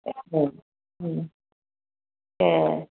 ऐ